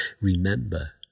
Remember